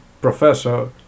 professor